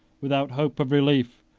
without hope of relief,